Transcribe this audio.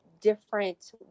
different